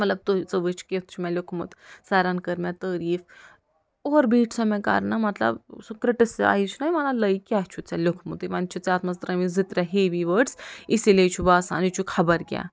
مطلب تُہۍ ژٕ وٕچھ کیُتھ چھُ مےٚ لیوٛکھمُت سرن کٔر مےٚ تعریٖف اورٕ بیٖٹھ سا مےٚ کَرنہ مطلب سُہ کِرٹسایز چھُنَہ کیٛاہ چھُتھ ژےٚ لیوٚکھمُت وَنہِ چھُتھ ژےٚ اتھ منٛز ترٲے مٕتۍ زٕ ترےٚ ہیٚوِی وٲڈٕس اِسی لیے چھُ باسان یہِ چھُ خبر کیٛاہ